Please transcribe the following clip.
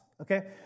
okay